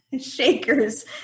Shakers